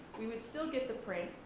we would still get the print,